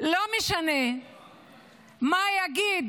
לא משנה מה יגיד